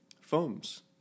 foams